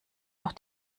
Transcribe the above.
noch